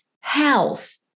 health